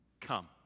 Come